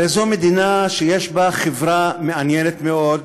הרי זו מדינה שיש בה חברה מעניינת מאוד,